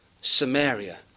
Samaria